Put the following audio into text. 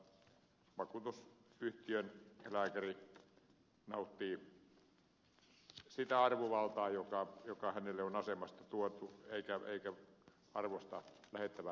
mutta vakuutusyhtiön lääkäri nauttii sitä arvovaltaa joka hänelle on asemasta tuotu eikä arvosta lähettävän lääkärin lausuntoa